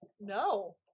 No